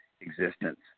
existence